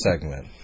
segment